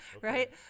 right